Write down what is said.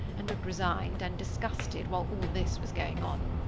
and looked resigned and disgusted, while all this was going on.